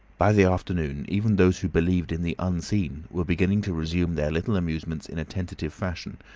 by the afternoon even those who believed in the unseen were beginning to resume their little amusements in a tentative fashion,